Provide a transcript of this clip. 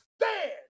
stand